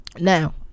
Now